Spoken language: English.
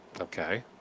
Okay